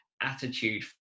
attitude